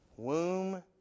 womb